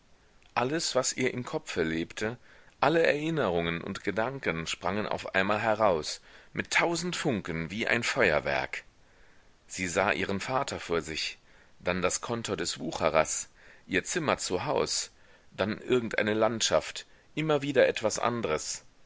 alles was ihr im kopfe lebte alle erinnerungen und gedanken sprangen auf einmal heraus mit tausend funken wie ein feuerwerk sie sah ihren vater vor sich dann das kontor des wucherers ihr zimmer zu haus dann irgendeine landschaft immer wieder etwas andres